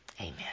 Amen